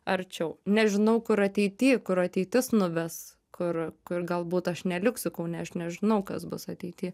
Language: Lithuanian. arčiau nežinau kur ateity kur ateitis nuves kur kur galbūt aš neliksiu kaune aš nežinau kas bus ateity